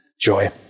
joy